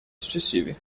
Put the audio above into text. successivi